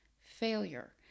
failure